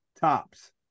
Tops